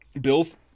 Bill's